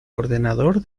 ordenador